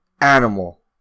animal